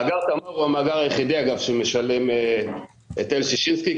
מאגר תמר הוא המאגר היחידי אגב שמשלם היטל ששינסקי,